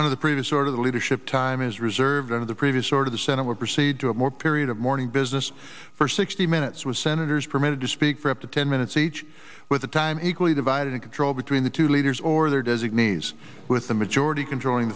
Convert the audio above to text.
under the previous sort of leadership time is reserved for the previous order the senate will proceed to a more period of mourning business for sixty minutes with senators permitted to speak for up to ten minutes each with the time equally divided in control between the two leaders or their designees with the majority controlling